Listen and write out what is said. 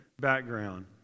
background